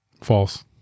False